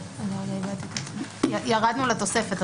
ירדנו לתוספת.